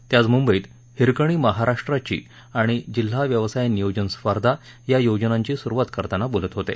ते आज मुंबईत हिरकणी महाराष्ट्राची आणि जिल्हा व्यवसाय नियोजन स्पर्धा या योजनांची सुरुवात करताना बोलत होते